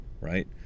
right